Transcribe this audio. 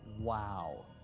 wow.